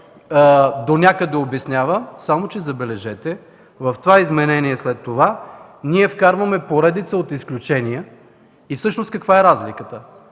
донякъде се обяснява, само че забележете, че в това изменение след това ние вкарваме поредица от изключения. Всъщност, каква е разликата?